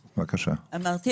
אמרתי,